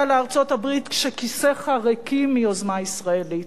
לארצות-הברית כשכיסיך ריקים מיוזמה ישראלית,